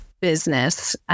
business